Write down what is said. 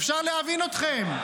אפשר להבין אתכם.